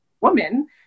woman